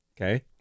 Okay